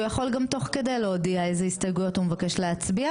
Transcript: הוא יכול גם תוך כדי להודיע איזה הסתייגויות הוא מבקש להצביע,